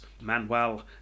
Manuel